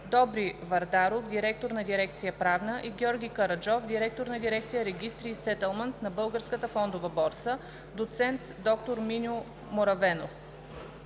Добри Варадов – директор на дирекция „Правна“, и Георги Караджов – директор на дирекция „Регистри и сетълмент“; на Българската фондова борса – доцент доктор Маню Моравенов.